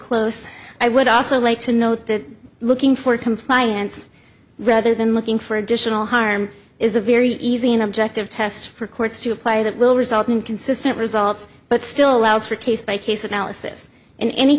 close i would also like to note that looking for compliance rather than looking for additional harm is a very easy and objective test for courts to apply or that will result in consistent results but still allows for case by case analysis in any